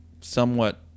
somewhat